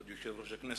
כבוד יושב-ראש הכנסת,